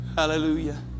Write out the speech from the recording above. Hallelujah